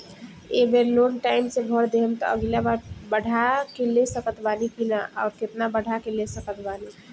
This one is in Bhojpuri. ए बेर लोन टाइम से भर देहम त अगिला बार बढ़ा के ले सकत बानी की न आउर केतना बढ़ा के ले सकत बानी?